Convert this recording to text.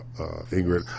Ingrid